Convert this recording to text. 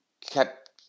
kept